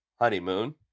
honeymoon